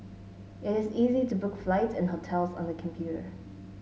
it is easy to book flights and hotels on the computer